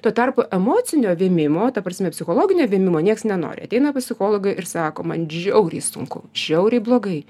tuo tarpu emocinio vėmimo ta prasme psichologinio vėmimo nieks nenori ateina pas psichologą ir sako man žiauriai sunku žiauriai blogai